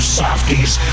softies